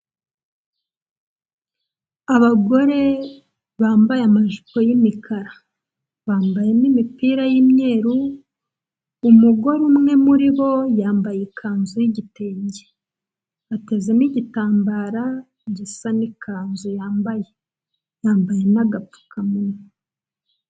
Abagore bambaye amajipo y'imikara. Bambaye n'imipira y'imyeru, umugore umwe muri bo yambaye ikanzu y'igitenge. Ateze n'igitambara, gisa n'ikanzu yambaye. Yambaye n'agapfukamunwa.